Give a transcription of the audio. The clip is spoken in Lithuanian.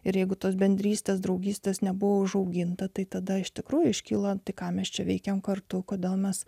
ir jeigu tos bendrystės draugystės nebuvo užauginta tai tada iš tikrųjų iškyla tai ką mes čia veikėme kartu kodėl mes